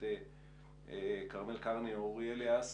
את כרמל קרני או את אורי אליאס.